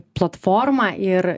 platforma ir